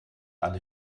alle